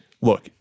look